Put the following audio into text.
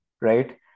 right